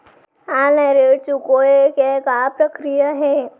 Online ऋण चुकोय के का प्रक्रिया हे?